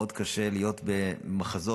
קשה מאוד להיות במחזות,